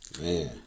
Man